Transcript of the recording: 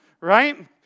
right